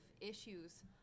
issues